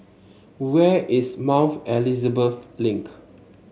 where is Mount Elizabeth Link